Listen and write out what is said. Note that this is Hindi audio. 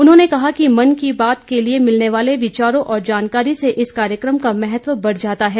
उन्होंने कहा कि मन की बात के लिए मिलने वाले विचारों और जानकारी से इस कार्यक्रम का महत्व बढ़ जाता है